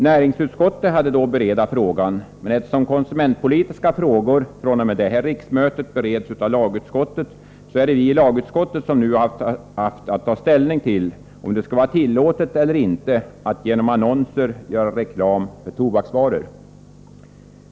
Näringsutskottet hade då att bereda frågan, men eftersom konsumentpolitiska frågor fr.o.m. detta riksmöte bereds av lagutskottet är det nu lagutskottet som haft att ta ställning till om det skall vara tillåtet eller inte att genom annonser göra reklam för tobaksvaror.